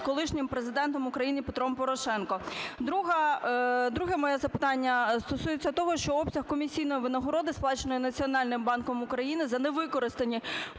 колишнім Президентом України Петром Порошенком. Друге моє запитання стосується того, що обсяг комісійної винагороди, сплаченої Національним банком України за невикористані